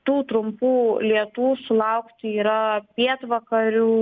tų trumpų lietų sulaukti yra pietvakarių